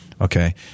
okay